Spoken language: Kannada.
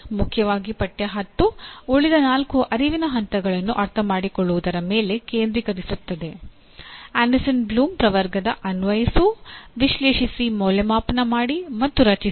ಮುಖ್ಯವಾಗಿ ಪಠ್ಯ10 ಉಳಿದ ನಾಲ್ಕು ಅರಿವಿನ ಹಂತಗಳನ್ನು ಅರ್ಥಮಾಡಿಕೊಳ್ಳುವುದರ ಮೇಲೆ ಕೇಂದ್ರೀಕರಿಸುತ್ತದೆ ಆಂಡರ್ಸನ್ ಬ್ಲೂಮ್ ಪ್ರವರ್ಗದ ಅನ್ವಯಿಸು ವಿಶ್ಲೇಷಿಸಿ ಮೌಲ್ಯಮಾಪನ ಮಾಡಿ ಮತ್ತು ರಚಿಸಿ